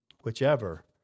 whichever